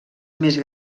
més